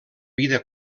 vida